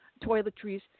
toiletries